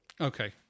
Okay